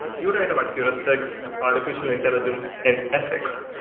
you write about heuristics, artificial intelligence and ethics.